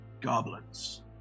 Goblins